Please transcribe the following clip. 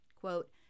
quote